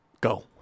go